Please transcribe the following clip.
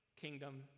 kingdom